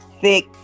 thick